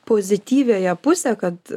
pozityviąją pusę kad